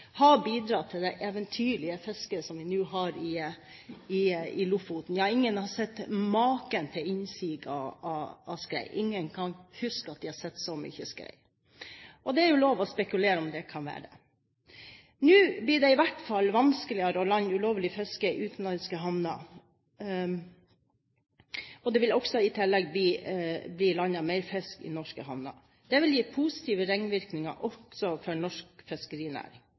har gjort i våre nære farvann, har bidratt til det eventyrlige fisket som vi nå har i Lofoten. Ja, ingen kan huske at de har sett maken til innsig av skrei – så mye skrei – og det er lov til å spekulere på om det kan være sånn. Nå blir det i hvert fall vanskeligere å lande ulovlig fisk i utenlandske havner. Det vil i tillegg bli landet mer fisk i norske havner. Det vil gi positive ringvirkninger, også for norsk fiskerinæring.